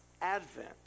Advent